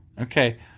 Okay